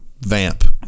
Vamp